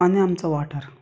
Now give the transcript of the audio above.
आनी आमचो वाठार